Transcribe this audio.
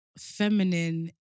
Feminine